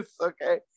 okay